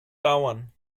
dauern